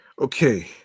Okay